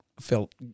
felt